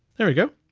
there we go.